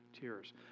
tears